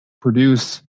produce